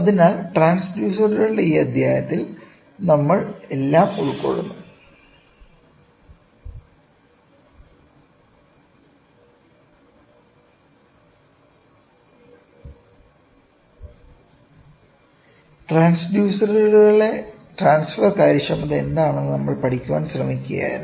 അതിനാൽ ട്രാൻഡ്യൂസർമാരുടെ ഈ അധ്യായത്തിൽ നമ്മൾ എല്ലാം ഉൾക്കൊള്ളുന്നു ട്രാൻഡ്യൂസറുകളിലെ ട്രാൻസ്ഫർ കാര്യക്ഷമത എന്താണെന്ന് നമ്മൾ പഠിക്കാൻ ശ്രമിക്കുകയായിരുന്നു